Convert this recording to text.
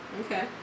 Okay